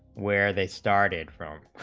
where they started from